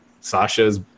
Sasha's